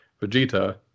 Vegeta